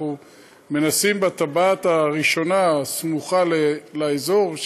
אנחנו מנסים בטבעת הראשונה הסמוכה לאזור,